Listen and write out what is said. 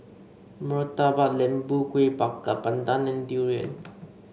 Murtabak Lembu Kueh Bakar Pandan and durian